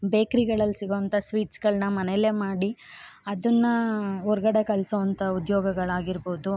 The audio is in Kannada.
ಬೇಕ್ರಿಗಳಲ್ಲಿ ಸಿಗುವಂಥ ಸ್ವೀಟ್ಸ್ಗಳನ್ನ ಮನೆಯಲ್ಲೇ ಮಾಡಿ ಅದನ್ನು ಹೊರ್ಗಡೆ ಕಳಿಸೋವಂಥ ಉದ್ಯೋಗಗಳಾಗಿರಬೋದು